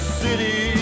city